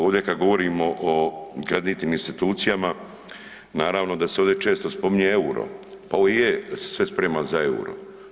Ovdje kada govorimo o kreditnim institucijama, naravno da se ovdje često spominje euro, pa ovo je sve sprema za euro.